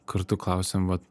kartu klausėm vat